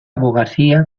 abogacía